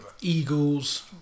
eagles